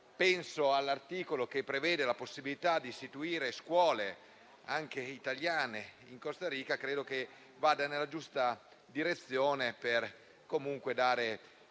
Penso all'articolo che prevede la possibilità di istituire scuole italiane in Costa Rica, che credo vada nella giusta direzione per dare